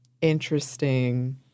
interesting